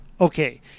Okay